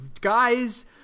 Guys